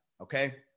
okay